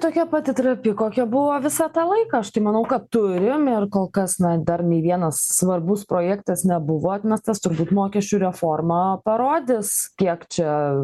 tokia pati trapi kokia buvo visą tą laiką aš tai manau kad turim ir kol kas na dar nei vienas svarbus projektas nebuvo atmestas turbūt mokesčių reforma parodys kiek čia